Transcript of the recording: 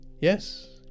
Yes